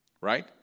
Right